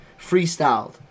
Freestyled